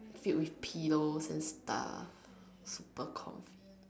filled with pillows and stuff super comfy